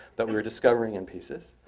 that we were discovering in pieces.